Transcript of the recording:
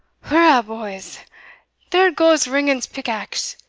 hurra, boys there goes ringan's pick-axe!